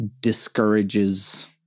discourages